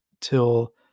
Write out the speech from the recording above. till